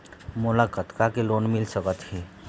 मोला कतका के लोन मिल सकत हे?